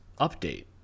update